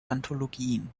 anthologien